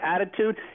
attitude